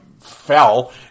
fell